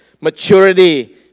Maturity